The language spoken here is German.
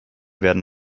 werden